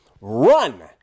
run